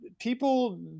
people